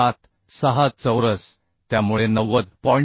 76 चौरस त्यामुळे 90